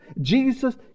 Jesus